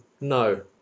No